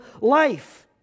life